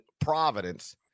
Providence